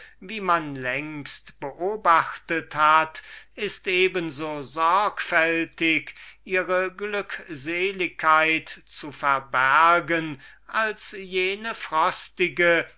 wie man längst beobachtet hat ist eben so sorgfältig ihre glückseligkeit zu verbergen als jene frostige